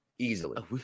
Easily